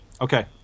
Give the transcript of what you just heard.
Okay